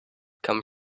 come